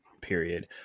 period